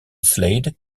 slade